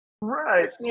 Right